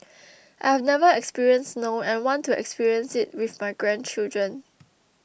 I have never experienced snow and want to experience it with my grandchildren